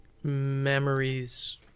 memories